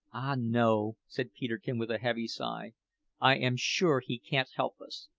ah no! said peterkin with a heavy sigh i am sure he can't help us.